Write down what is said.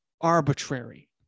arbitrary